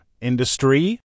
industry